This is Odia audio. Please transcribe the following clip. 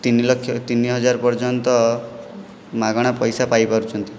ତିନିଲକ୍ଷ ତିନିହଜାର ପର୍ଯ୍ୟନ୍ତ ମାଗଣା ପଇସା ପାଇପାରୁଛନ୍ତି